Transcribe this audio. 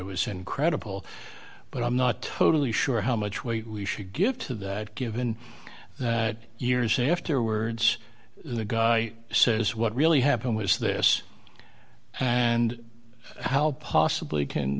it was incredible but i'm not totally sure how much we should give to that given that years afterwards the guy says what really happened was this and how possibly can